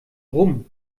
rum